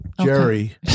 Jerry